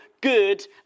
good